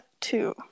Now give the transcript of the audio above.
two